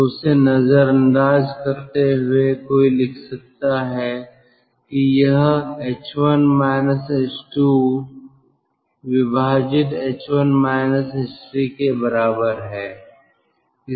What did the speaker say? तो उसे नजरअंदाज करते हुए कोई लिख सकता है कि यह के बराबर है